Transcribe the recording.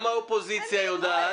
גם האופוזיציה יודעת.